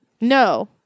No